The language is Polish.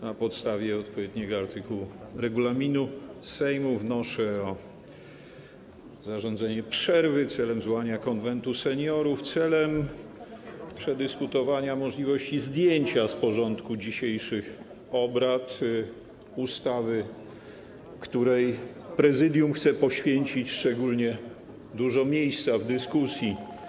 Na podstawie odpowiedniego artykułu regulaminu Sejmu wnoszę o zarządzenie przerwy celem zwołania Konwentu Seniorów celem przedyskutowania możliwości zdjęcia z porządku dzisiejszych obrad ustawy, której Prezydium chce poświęcić szczególnie dużo miejsca w dyskusji.